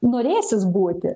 norėsis būti